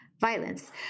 violence